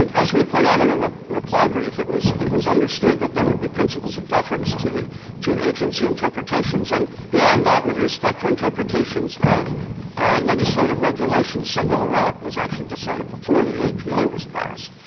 as we point out in a reply brief, it was it was understood that there would be principles of deference to the to agency interpretations. and beyond that, with respect to interpretations of legislative regulations, seminole rock was actually decided before the apa was passed.